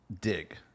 dig